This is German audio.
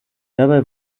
dabei